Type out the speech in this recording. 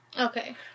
Okay